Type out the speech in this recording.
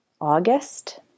August